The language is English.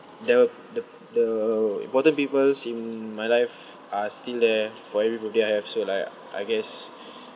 the the the important peoples in my life are still there for every birthday I have so like I guess